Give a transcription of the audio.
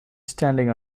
standing